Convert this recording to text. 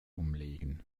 umlegen